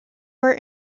are